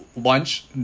lunch